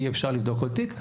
אי אפשר לבדוק כל תיק.